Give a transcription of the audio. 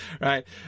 right